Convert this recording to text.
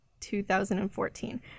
2014